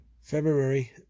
February